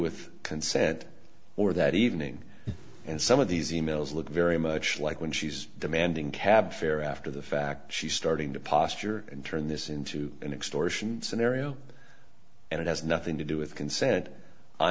with consent or that evening and some of these e mails look very much like when she's demanding cab fare after the fact she's starting to posture and turn this into an extortion scenario and it has nothing to do with consent i